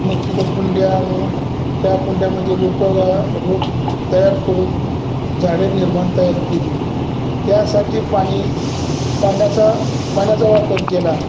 मग तिथं कुंड्या आणून त्या कुंड्यामध्ये रोप रोप तयार करून झाडे निर्माण तयार केली त्यासाठी पाणी पाण्याचा पाण्याचा वापर केला